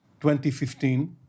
2015